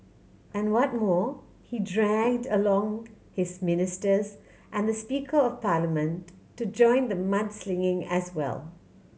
and what more he dragged along his ministers and the speaker of parliament to join the mudslinging as well